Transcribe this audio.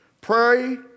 Pray